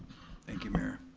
thank you mayor.